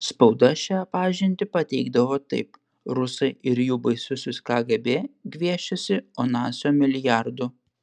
spauda šią pažintį pateikdavo taip rusai ir jų baisusis kgb gviešiasi onasio milijardų